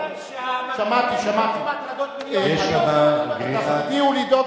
הוא אומר שהמפגינים, הטרדות מיניות, שמעתי, שמעתי.